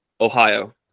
ohio